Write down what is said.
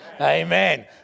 Amen